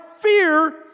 fear